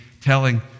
telling